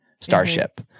starship